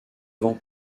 vend